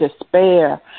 despair